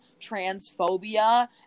transphobia